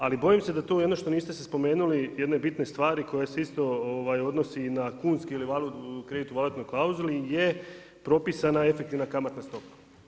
Ali bojim se da tu ono što niste spomenuli jednu bitnu stvar koja se isto odnosi i na kunski ili kredit u valutnoj klauzuli je propisana efektivna kamatna stopa.